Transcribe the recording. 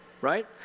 right